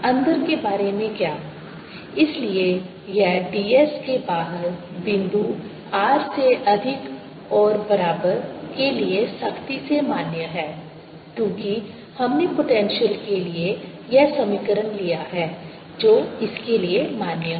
अंदर के बारे में क्या इसलिए यह ds के बाहर बिंदु r से अधिक और बराबर के लिए सख्ती से मान्य है क्योंकि हमने पोटेंशियल के लिए यह समीकरण लिया है जो इसके लिए मान्य है